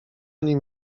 nim